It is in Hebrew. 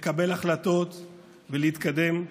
לקבל החלטות ולהתקדם.